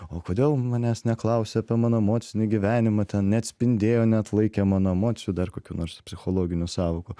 o kodėl manęs neklausė apie mano emocinį gyvenimą ten neatspindėjo neatlaikė mano emocijų dar kokių nors psichologinių sąvokų